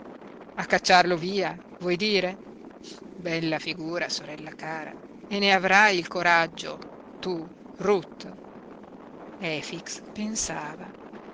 a cacciarlo via vuoi dire bella figura sorella cara e ne avrai il coraggio tu ruth efix pensava